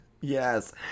Yes